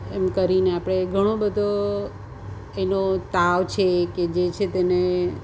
એમ કરીને આપણે ઘણો બધો એનો તાવ છે કે જે છે તેને